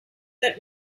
that